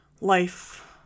life